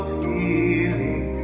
healing